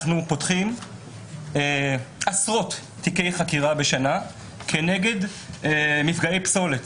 אנחנו פותחים עשרות תיקי חקירה בשנה כנגד מפגעי פסולת.